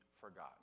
forgotten